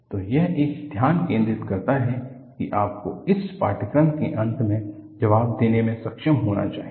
तो यह एक ध्यान केंद्रित करता है कि आपको इस पाठ्यक्रम के अंत में जवाब देने में सक्षम होना चाहिए